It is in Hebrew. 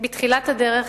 בתחילת הדרך